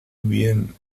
bien